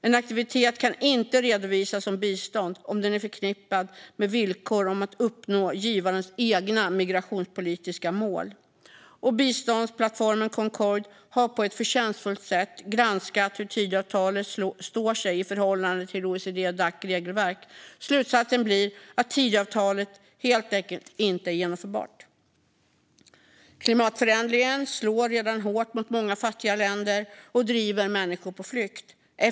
En aktivitet kan inte redovisas som bistånd om den är förknippad med villkor om att uppnå givarens egna migrationspolitiska mål. Biståndsplattformen Concord har på ett förtjänstfullt sätt granskat hur Tidöavtalet står sig i förhållande till OECD-Dacs regelverk. Slutsatsen blir att Tidöavtalet helt enkelt inte är genomförbart. Klimatförändringen slår redan hårt mot många fattigare länder och driver människor på flykt.